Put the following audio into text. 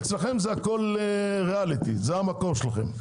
אצלכם זה הכול ריאליטי, זה המקור שלכם.